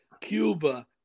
Cuba